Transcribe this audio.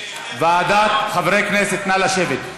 חברי הכנסת, נא לשבת.